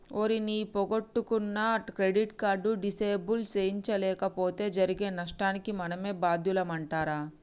ఓరి నీ పొగొట్టుకున్న క్రెడిట్ కార్డు డిసేబుల్ సేయించలేపోతే జరిగే నష్టానికి మనమే బాద్యులమంటరా